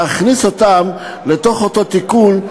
להכניס אותם לתוך אותו תיקון,